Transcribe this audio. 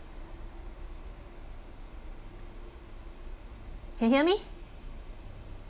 can hear me